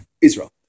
Israel